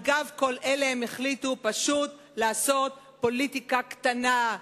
על גב כל אלה הם החליטו פשוט לעשות פוליטיקה קטנה,